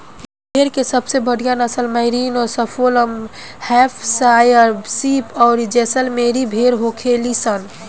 भेड़ के सबसे बढ़ियां नसल मैरिनो, सफोल्क, हैम्पशायर शीप अउरी जैसलमेरी भेड़ होखेली सन